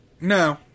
No